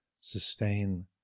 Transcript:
sustain